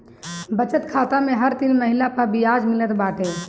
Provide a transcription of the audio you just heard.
बचत खाता में हर तीन महिना पअ बियाज मिलत बाटे